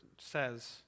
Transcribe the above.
says